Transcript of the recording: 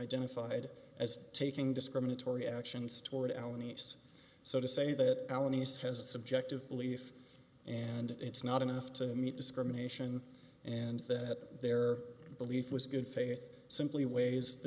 identified as taking discriminatory actions toward alan it's so to say that alan is has a subjective belief and it's not enough to meet discrimination and that their belief was good faith simply weighs the